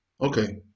okay